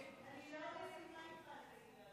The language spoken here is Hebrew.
לא מסכימה איתך על זה,